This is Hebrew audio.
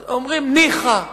אומרים: ניחא,